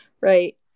right